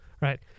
right